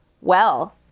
Well